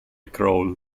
crawl